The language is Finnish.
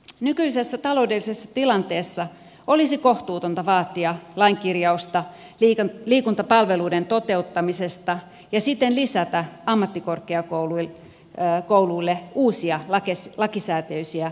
nykyisessä taloudellisessa tilanteessa olisi kohtuutonta vaatia lainkirjausta liikuntapalveluiden toteuttamisesta ja siten lisätä ammattikorkeakouluille uusia lakisääteisiä velvoitteita